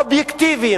האובייקטיביים,